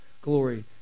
glory